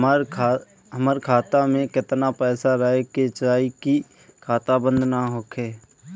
हमार खाता मे केतना पैसा रहे के चाहीं की खाता बंद ना होखे?